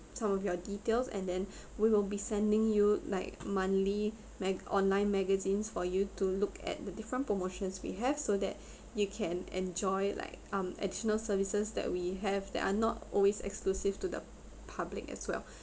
some of your details and then we will be sending you like monthly mag~ online magazines for you to look at the different promotions we have so that you can enjoy like um additional services that we have that are not always exclusive to the public as well